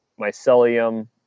Mycelium